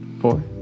Four